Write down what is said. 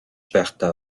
байхдаа